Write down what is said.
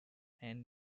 and